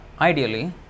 ideally